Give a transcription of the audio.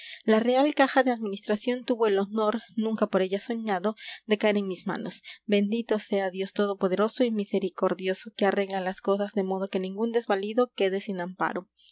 la real caja de administración tuvo el honor nunca por ella soñado de caer en mis manos bendito sea dios todopoderoso y misericordioso que arregla las cosas de modo que ningún desvalido quede sin amparo